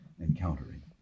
encountering